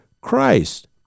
Christ